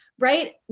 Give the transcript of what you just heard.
right